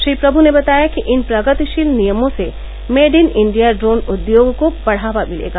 श्री प्रभू ने बताया कि इन प्रगतिशील नियमों से मेड इन इंडिया ड्रोन उद्योग को बढ़ावा मिलेगा